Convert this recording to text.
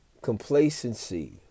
complacency